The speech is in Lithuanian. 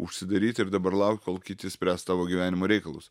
užsidaryt ir dabar laukt kol kiti spręs tavo gyvenimo reikalus